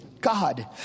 God